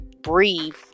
breathe